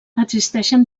existeixen